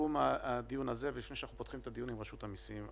לסיכום הדיון הזה ולפני שאנחנו פותחים את הדיון עם רשות המסים,